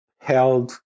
held